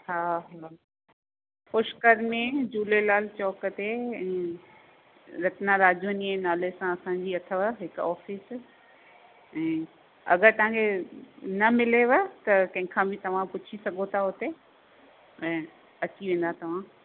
हा हा पुष्कर में झूलेलाल चौक ते रचना राजवानीअ नाले सां असांजी अथव हिकु ऑफिस ऐं अगरि तव्हां खे न मिलेव त कंहिंखा बि तव्हां पुछी सघो था उते ऐं अची वेंदा तव्हां